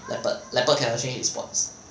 leopard leopard cannot change its spots